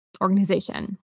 organization